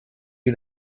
you